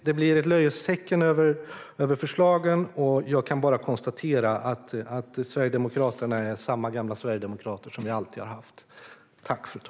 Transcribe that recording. Det blir ett löjets skimmer över förslagen, och jag kan bara konstatera att Sverigedemokraterna är samma gamla sverigedemokrater som vi alltid har haft.